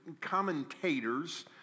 commentators